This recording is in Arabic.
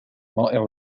رائع